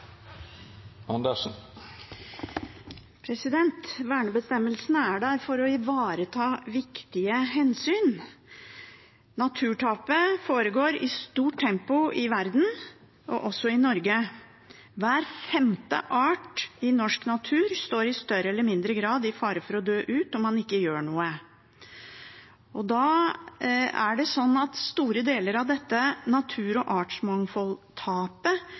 der for å ivareta viktige hensyn. Naturtapet foregår i stort tempo i verden og også i Norge. Hver femte art i norsk natur står i større eller mindre grad i fare for å dø ut om man ikke gjør noe. Store deler av dette natur- og artsmangfoldtapet og denne nedbyggingen skjer stykkevis og delt, uten at